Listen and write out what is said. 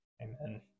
Amen